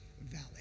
valley